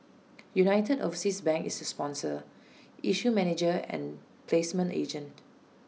united overseas bank is the sponsor issue manager and placement agent